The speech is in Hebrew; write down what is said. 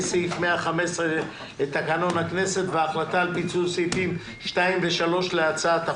סעיף 115 לתקנון הכנסת והחלטה על פיצול סעיפים 2 ו-3 להצעת החוק.